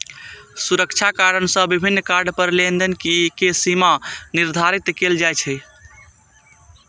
सुरक्षा कारण सं विभिन्न कार्ड पर लेनदेन के सीमा निर्धारित कैल जाइ छै